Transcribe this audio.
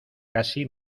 casi